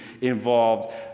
involved